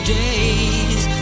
days